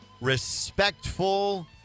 respectful